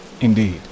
Indeed